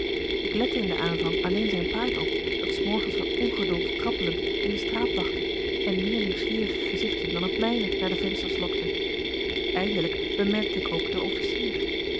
ik lette in den aanvang alleen zijn paard op dat s morgens van ongeduld trappelend in de straat wachtte en meer nieuwsgierige gezichten dan het mijne naar de vensters lokte eindelijk bemerkte ik ook den officier